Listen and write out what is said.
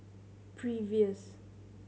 previous